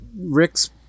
Rick's